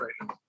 right